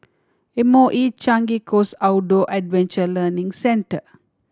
M O E Changi Coast Outdoor Adventure Learning Center